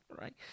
right